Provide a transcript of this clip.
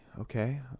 okay